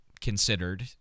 considered